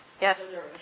Yes